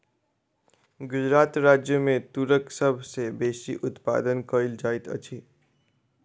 गुजरात राज्य मे तूरक सभ सॅ बेसी उत्पादन कयल जाइत अछि